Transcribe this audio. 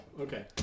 Okay